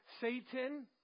Satan